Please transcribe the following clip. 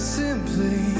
simply